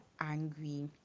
angry